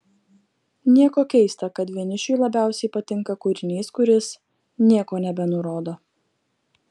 nieko keista kad vienišiui labiausiai patinka kūrinys kuris nieko nebenurodo